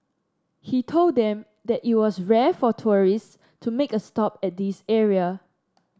he told them that it was rare for tourists to make a stop at this area